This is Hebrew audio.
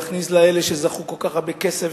להכניס לאלה שזכו בכל כך הרבה כסף,